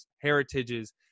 heritages